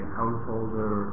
householder